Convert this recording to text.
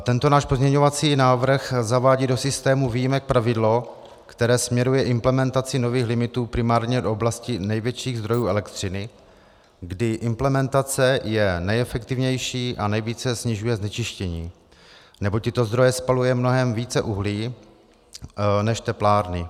Tento náš pozměňovací návrh zavádí do systému výjimek pravidlo, které směruje implementaci nových limitů primárně do oblasti největších zdrojů elektřiny, kdy implementace je nejefektivnější a nejvíce snižuje znečištění, neboť tyto zdroje spalují mnohem více uhlí než teplárny.